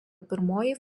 pirmoji